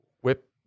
whip